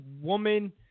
woman